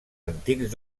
antics